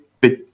big